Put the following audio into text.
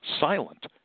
silent